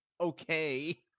okay